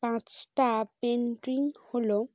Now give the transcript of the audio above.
পাঁচটা পেন্টিং হল